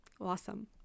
awesome